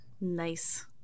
nice